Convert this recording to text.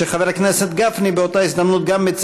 שחבר הכנסת גפני באותה הזדמנות מציג גם את